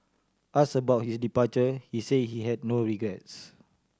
ask about his departure he say he had no regrets